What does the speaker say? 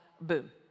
boom